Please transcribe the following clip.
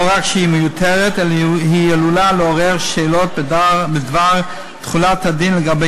רק שהיא מיותרת אלא היא עלולה לעורר שאלות בדבר תחולת הדין לגבי